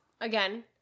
again